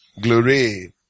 Glory